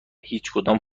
هیچکدام